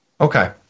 Okay